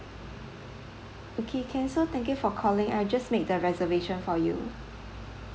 okay can so thank you for calling I just made the reservation for you